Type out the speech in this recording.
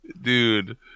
Dude